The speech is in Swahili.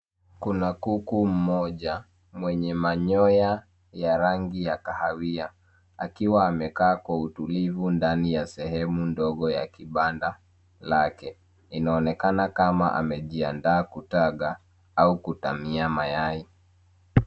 Kuna kuku mmoja mwenye manyoya ya rangi ya kahawia akiwa amekaa kwa utulivu ndani ya sehemu ndogo ya kibanda lake. Inaonekana kama amejiandaa kutaga au kutamia mayai.